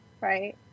Right